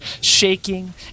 shaking